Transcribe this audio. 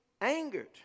angered